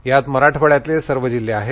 यात मराठवाड्यातले सर्व जिल्हे आहेत